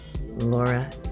Laura